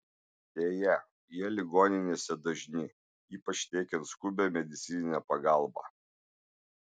deja jie ligoninėse dažni ypač teikiant skubią medicininę pagalbą